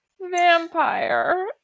Vampire